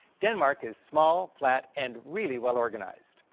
denmark is small, flat, and really well-organized.